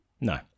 No